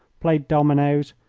played dominoes,